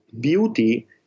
beauty